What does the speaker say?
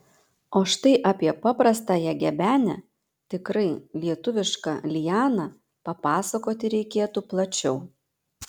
o štai apie paprastąją gebenę tikrai lietuvišką lianą papasakoti reikėtų plačiau